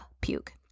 puke